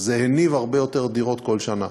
אז זה הניב הרבה יותר דירות כל שנה.